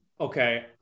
okay